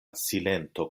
silento